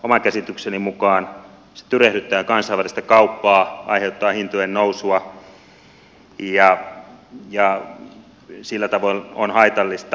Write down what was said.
oman käsitykseni mukaan se tyrehdyttää kansainvälistä kauppaa aiheuttaa hintojen nousua ja sillä tavoin on haitallista